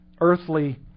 earthly